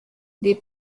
les